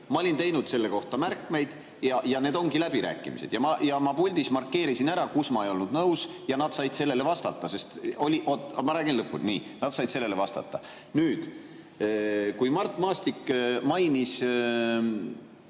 ma olin teinud selle kohta märkmeid. Need ongi läbirääkimised. Ja ma puldis markeerisin ära, millega ma ei olnud nõus, ja nad said sellele vastata, sest … Oota, ma räägin lõpuni. Nad said sellele vastata. Kui Mart Maastik mainis